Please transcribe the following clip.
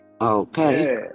Okay